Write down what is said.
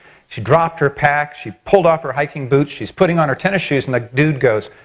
she dropped her pack, she pulled off her hiking boots. she's putting on her tennis shoes and the dude goes,